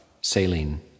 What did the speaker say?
saline